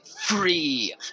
free